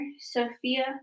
sophia